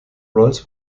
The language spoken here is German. rolls